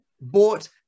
bought